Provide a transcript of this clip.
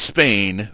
Spain